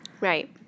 Right